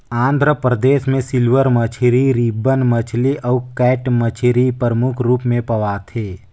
आंध्र परदेस में सिल्वर मछरी, रिबन मछरी अउ कैट मछरी परमुख रूप में पवाथे